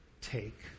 take